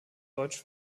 deutsch